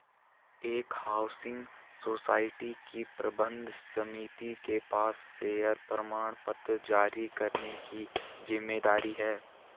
एक housing society की प्रबंध समिति के पास शेयर प्रमाणपत्र जारी करने की जिम्मेदारी है